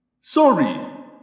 Sorry